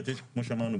יש כמו שאמרנו,